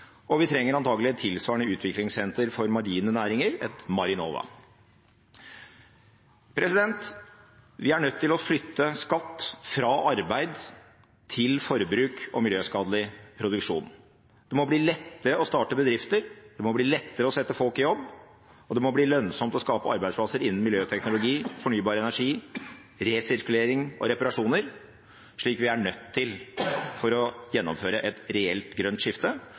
og vi trenger antakelig et tilsvarende utviklingssenter for marine næringer, et «Marinova». Vi er nødt til å flytte skatt fra arbeid til forbruk og miljøskadelig produksjon. Det må bli lettere å starte bedrifter, det må bli lettere å sette folk i jobb, og det må bli lønnsomt å skape arbeidsplasser innen miljøteknologi, fornybar energi, resirkulering og reparasjoner. Det er vi nødt til for å gjennomføre et reelt grønt skifte.